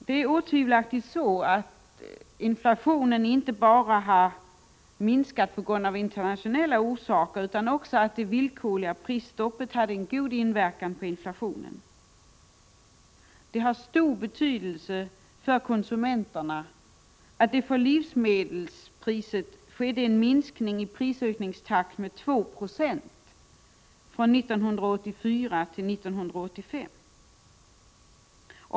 Det är otvivelaktigt så att den minskade inflationen inte bara har internationella orsaker. Det villkorliga prisstoppet har också haft en god inverkan på inflationen. Det har stor betydelse för konsumenterna att det för livsmedel skedde en minskning i prisökningstakten med 2 26.